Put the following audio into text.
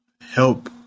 help